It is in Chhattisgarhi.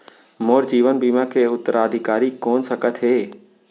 मोर जीवन बीमा के उत्तराधिकारी कोन सकत हे?